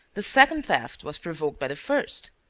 the second theft was provoked by the first.